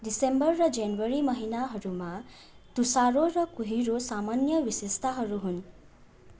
दिसेम्बर र जनवरी महिनाहरूमा तुसारो र कुहिरो सामान्य विशेषताहरू हुन्